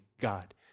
God